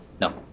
No